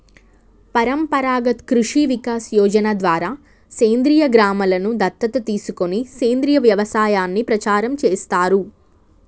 పరంపరాగత్ కృషి వికాస్ యోజన ద్వారా సేంద్రీయ గ్రామలను దత్తత తీసుకొని సేంద్రీయ వ్యవసాయాన్ని ప్రచారం చేస్తారు